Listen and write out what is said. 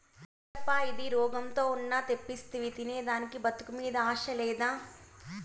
యేదప్పా ఇది, రోగంతో ఉన్న తెప్పిస్తివి తినేదానికి బతుకు మీద ఆశ లేదా